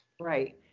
Right